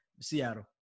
Seattle